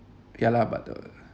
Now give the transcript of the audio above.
ya lah but the